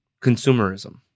consumerism